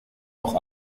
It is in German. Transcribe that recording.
auch